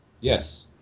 Yes